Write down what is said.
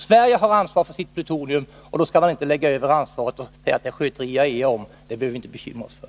Sverige har ansvar för sitt plutonium. Man skall inte säga: Det där sköter IAEA om. Det behöver inte vi bekymra oss för.